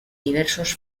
diversos